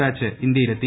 batch ഇന്ത്യയിലെത്തി